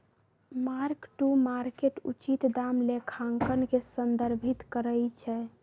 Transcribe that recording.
mark to market उचित दाम लेखांकन के संदर्भित करइ छै